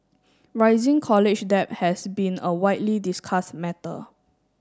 rising college debt has been a widely discussed matter